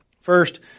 First